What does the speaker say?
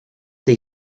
tej